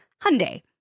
Hyundai